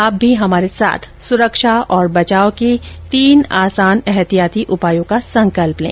आप भी हमारे साथ सुरक्षा और बचाव के तीन आसान एहतियाती उपायों का संकल्प लें